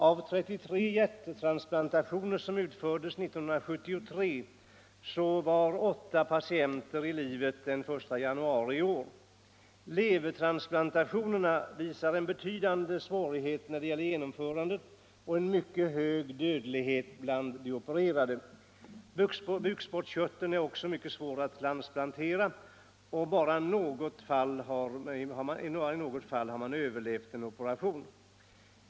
Av 33 hjärttransplantationer som utfördes 1973 var i åtta fall patienterna i livet den 1 januari i år. Genomförandet av levertransplantationer har visat sig förenat med betydande svårigheter och en hög dödlighet bland de opererade. Bukspottkörteln är också mycket svår att transplantera, och bara i något fall har patienten överlevt en operation.